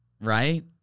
right